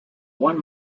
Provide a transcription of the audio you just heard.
one